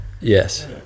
yes